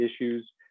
issues